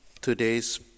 Today's